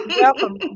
Welcome